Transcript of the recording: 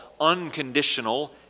unconditional